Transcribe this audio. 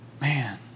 Man